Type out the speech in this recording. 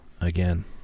again